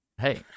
Hey